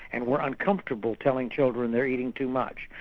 and we're uncomfortable telling children they're eating too much.